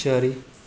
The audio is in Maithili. चारि